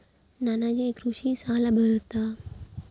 ನನಗೆ ಕೃಷಿ ಸಾಲ ಬರುತ್ತಾ?